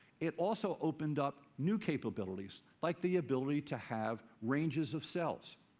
it also opened up new capabilities, like the ability to have ranges of cells.